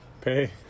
pay